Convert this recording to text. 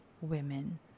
women